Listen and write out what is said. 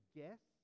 guess